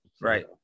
Right